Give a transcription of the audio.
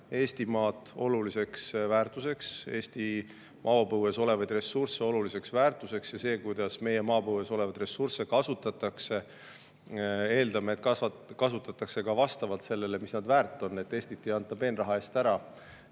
Eestimaad oluliseks väärtuseks, Eesti maapõues olevaid ressursse oluliseks väärtuseks ja seda, kuidas meie maapõues olevaid ressursse kasutatakse, eeldame, et kasutatakse vastavalt sellele, mis nad väärt on, et Eestit ei anta peenraha eest ära,